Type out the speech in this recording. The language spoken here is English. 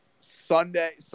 Sunday